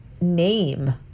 name